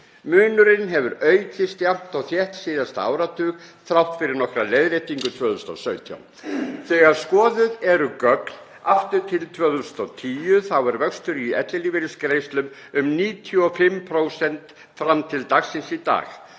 Munurinn hefur aukist jafnt og þétt síðasta áratug þrátt fyrir nokkra leiðréttingu 2017. Þegar skoðuð eru gögn aftur til 2010 er vöxtur í ellilífeyrisgreiðslum um 95% fram til dagsins í dag.